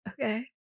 Okay